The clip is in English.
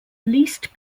least